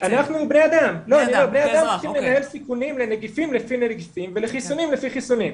שצריכים לנהל סיכונים לנגיפים לפי נגיפים ולחיסונים לפי חיסונים.